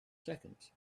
seconds